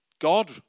God